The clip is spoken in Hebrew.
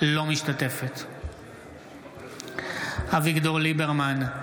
אינה משתתפת בהצבעה אביגדור ליברמן,